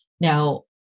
Now